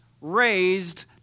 raised